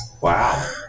Wow